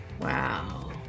Wow